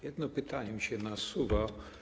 Jedno pytanie mi się nasuwa.